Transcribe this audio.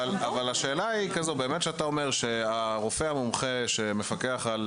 אבל השאלה היא כזאת כשאתה אומר שהרופא המומחה שמפקח על